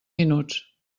minuts